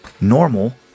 normal